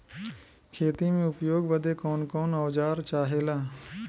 खेती में उपयोग बदे कौन कौन औजार चाहेला?